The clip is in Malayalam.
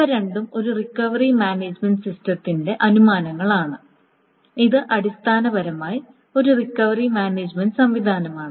ഇവ രണ്ടും ഒരു റിക്കവറി മാനേജുമെന്റ് സിസ്റ്റത്തിന്റെ അനുമാനങ്ങളാണ് ഇത് അടിസ്ഥാനപരമായി ഒരു റിക്കവറി മാനേജുമെന്റ് സംവിധാനമാണ്